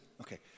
Okay